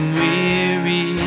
weary